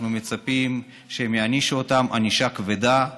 אנחנו מצפים שהם יענישו אותם ענישה כבדה,